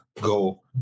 go